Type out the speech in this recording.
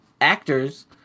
actors